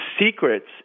secrets